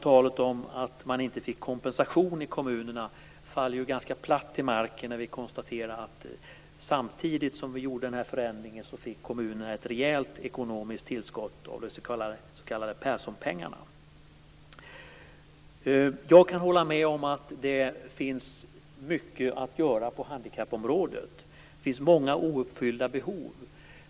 Talet om att man inte fick kompensation i kommunerna faller ju dessutom ganska platt till marken när vi konstaterar att samtidigt som vi gjorde den förändringen fick kommunerna ett rejält ekonomiskt tillskott genom de s.k. Perssonpengarna. Jag kan hålla med om att det finns mycket att göra på handikappområdet. Det finns många ouppfyllda behov.